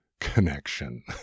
Connection